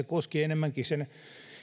koskee enemmänkin sen